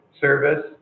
service